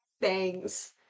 bangs